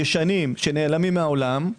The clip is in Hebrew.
ישנים שנעלמים מהעולם,